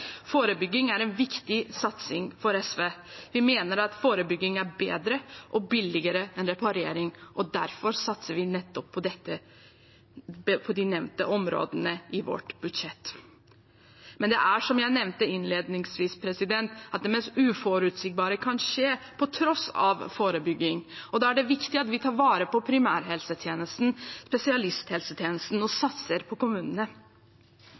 Forebygging er en viktig satsing for SV. Vi mener at forebygging er bedre og billigere enn reparering. Derfor satser vi nettopp på de nevnte områdene i vårt budsjett. Som jeg nevnte innledningsvis, kan det mest uforutsigbare skje på tross av forebygging. Da er det viktig at vi tar vare på primærhelsetjenesten, spesialisthelsetjenesten og satser på kommunene.